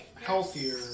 healthier